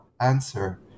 answer